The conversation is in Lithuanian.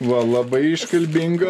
va labai iškalbinga